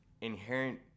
inherent